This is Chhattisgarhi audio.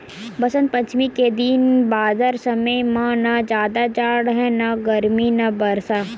बसंत पंचमी के दिन बादर समे म न जादा जाड़ राहय न गरमी न बरसा